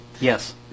Yes